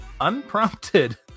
unprompted